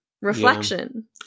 reflection